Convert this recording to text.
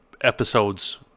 episodes